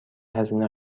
هزینه